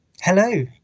Hello